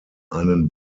einen